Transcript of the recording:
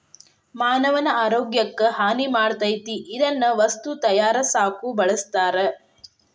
ಮಾನವನ ಆರೋಗ್ಯಕ್ಕ ಹಾನಿ ಮಾಡತತಿ ಇದನ್ನ ವಸ್ತು ತಯಾರಸಾಕು ಬಳಸ್ತಾರ